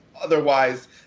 Otherwise